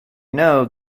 know